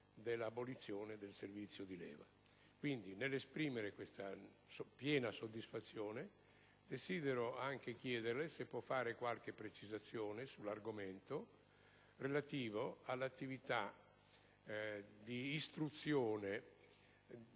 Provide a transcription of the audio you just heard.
dall'abolizione del servizio di leva. Signor Ministro, nell'esprimere piena soddisfazione, desidero chiederle se può fare qualche precisazione sull'argomento relativo all'attività di istruzione